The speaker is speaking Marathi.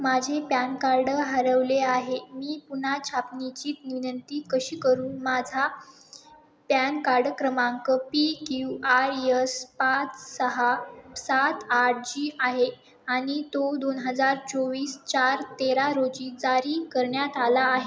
माझे पॅन कार्ड हरवले आहे मी पुन्हा छापण्याची कशी करू माझा पॅन कार्ड क्रमांक पी क्यू आर यस पाच सहा सात आठ झी आहे आणि तो दोन हजार चोवीस चार तेरा रोजी जारी करण्यात आला आहे